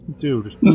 dude